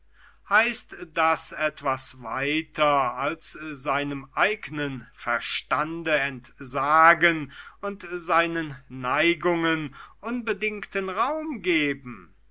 heißt das etwas weiter als seinem eignen verstande entsagen und seinen neigungen unbedingten raum geben